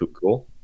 cool